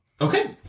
Okay